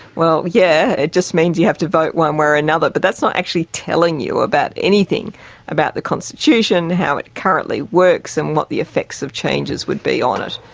well, yeah, it just means you have to vote one way or another, but that's not actually telling you anything about the constitution, how it currently works and what the effects of changes would be on it.